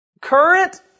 current